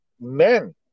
men